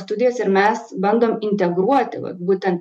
studijas ir mes bandom integruoti vat būtent